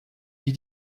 die